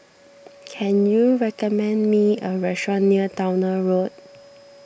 can you recommend me a restaurant near Towner Road